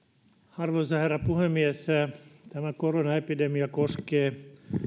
arvoisa herra puhemies tämä koronaepidemia koskee